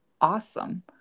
awesome